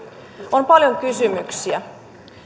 on paljon kysymyksiä